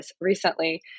recently